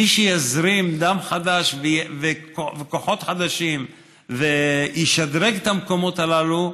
מי שיזרים דם חדש וכוחות חדשים וישדרג את המקומות הללו,